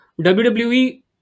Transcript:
WWE